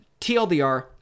TLDR